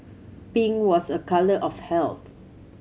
pink was a colour of health